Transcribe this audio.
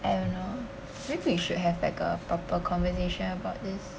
I don't know maybe we should have like a proper conversation about this